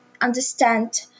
understand